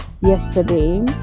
yesterday